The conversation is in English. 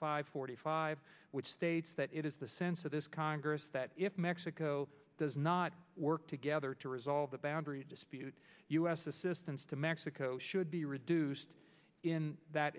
five forty five which states that it is the sense of this congress that if mexico does not work together to resolve the boundary dispute u s assistance to mexico should be reduced in that